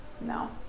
no